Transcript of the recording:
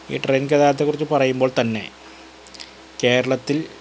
ഈ ട്രെയിൻ ഗതാഗതത്തെ കുറിച്ച് പറയുമ്പോൾ തന്നെ കേരളത്തിൽ